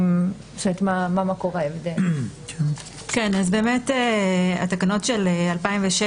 באמת התקנות של 2007,